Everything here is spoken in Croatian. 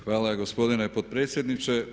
Hvala gospodine potpredsjedniče.